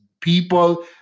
people